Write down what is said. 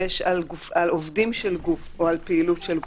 ויש על עובדים של גוף או על פעילות של גוף.